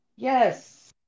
Yes